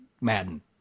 Madden